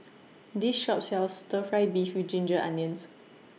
This Shop sells Stir Fry Beef with Ginger Onions